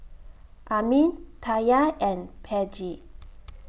Armin Taya and Peggie